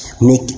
make